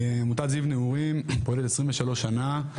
עמותת זיו נעורים פועלת 23 שנה,